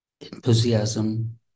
enthusiasm